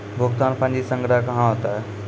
भुगतान पंजी संग्रह कहां होता हैं?